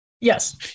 Yes